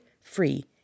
free